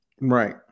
Right